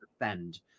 defend